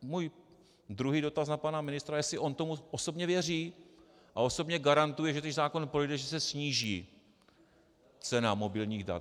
Můj druhý dotaz na pana ministra, jestli on tomu osobně věří a osobně garantuje, že když zákon projde, sníží se cena mobilních dat.